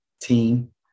team